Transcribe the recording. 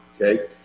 okay